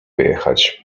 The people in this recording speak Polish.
wyjechać